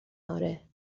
آره